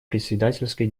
председательской